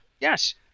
Yes